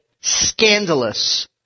scandalous